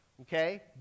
okay